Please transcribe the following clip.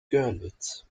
görlitz